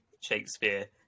Shakespeare